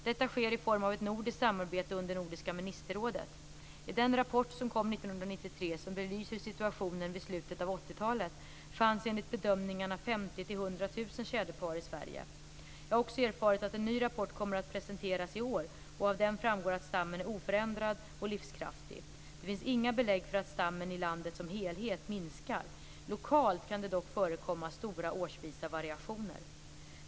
Detta sker i form av ett nordiskt samarbete under Nordiska ministerrådet. I den rapport som kom 1993 och som belyser situationen vid slutet av 1980-talet fanns enligt bedömningarna 50 000-100 000 tjäderpar i Sverige. Jag har också erfarit att en ny rapport kommer att presenteras i år, och av den framgår att stammen är oförändrad och livskraftig. Det finns inga belägg för att stammen i landet som helhet minskar. Lokalt kan det dock förekomma stora årsvisa variationer.